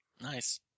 Nice